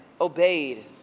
obeyed